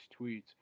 tweets